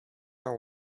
are